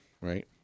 right